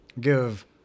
Give